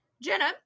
Jenna